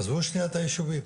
עזבו שנייה את היישובים.